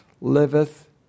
liveth